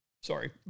Sorry